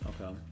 Okay